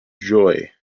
joy